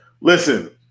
Listen